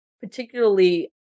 particularly